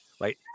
right